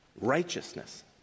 righteousness